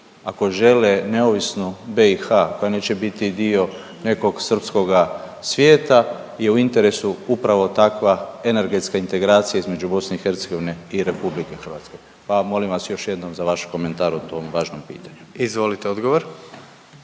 ako žele neovisnu BiH koja neće biti dio nekog srpskoga svijeta je u interesu upravo takva energetska integracija između BiH i RH, pa molim vas još jednom za vaš komentar o tom važnom pitanju. **Jandroković,